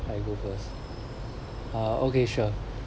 I go first uh okay sure